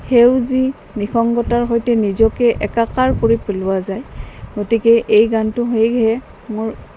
সেউজী নিসংগতাৰ সৈতে নিজকে একাকাৰ কৰি পেলোৱা যায় গতিকে এই গানটো সেহেয়ে মোৰ